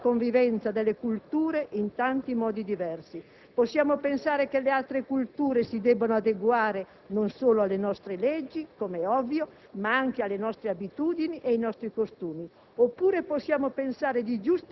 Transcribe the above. Noi possiamo affrontare il tema della convivenza delle culture in tanti modi diversi; possiamo pensare che le altre culture si debbano adeguare non solo alle nostre leggi, com'è ovvio, ma anche alle nostre abitudini e ai nostri costumi,